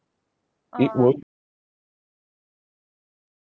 it won't